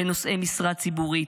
לנושאי משרה ציבורית,